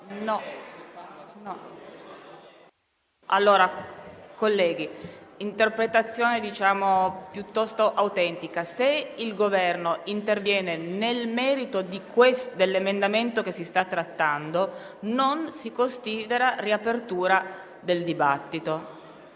questione. Colleghi, l'interpretazione è piuttosto autentica: se il Governo interviene nel merito dell'emendamento che si sta trattando, non si considera riapertura del dibattito;